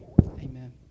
Amen